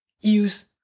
use